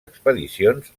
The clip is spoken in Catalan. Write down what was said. expedicions